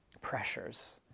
pressures